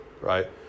right